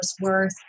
worth